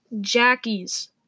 Jackie's